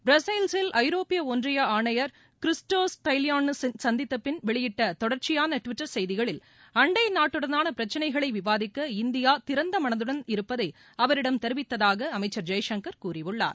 பிரசல்ஸில் ஐரோப்பிய ஒன்றிய ஆணையர் கிறிஸ்டோஸ் ஸ்டைலிபானிட்ஸ் ஐ சந்தித்தபின் வெளியிட்ட தொடர்ச்சியான டுவிட்டர் செய்திகளில் அண்டை நாட்டுடானான பிரச்சனைகளை விவாதிக்க இந்தியா திறந்தமனதுடன் இருப்பதை அவரிடம் தெரிவித்ததாக அமைச்சர் ஜெய்சங்கர் கூறியுள்ளார்